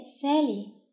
Sally